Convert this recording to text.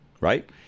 Right